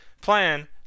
plan